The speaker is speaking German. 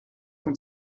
von